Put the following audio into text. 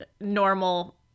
normal